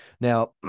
Now